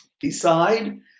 decide